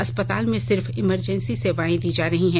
अस्पताल में सिर्फ इमरजेंसी सेवाएं दी जा रही हैं